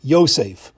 Yosef